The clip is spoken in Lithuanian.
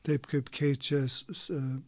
taip kaip keičiasi